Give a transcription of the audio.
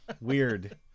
Weird